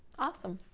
awesome.